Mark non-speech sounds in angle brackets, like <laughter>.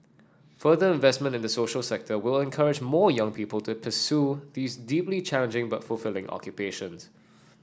further investment in the social sector will encourage more young people to <unintelligible> these deeply challenging but fulfilling occupations